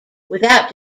without